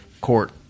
court